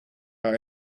are